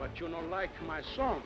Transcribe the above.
but you know like my son